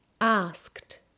asked